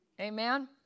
Amen